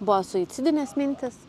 buvo suicidinės mintys